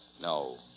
No